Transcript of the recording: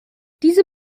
diese